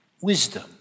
wisdom